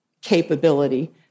capability